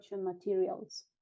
materials